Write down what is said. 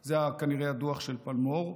זה כנראה הדוח של פלמור,